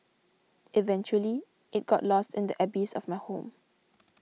eventually it got lost in the abyss of my home